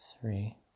three